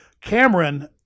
Cameron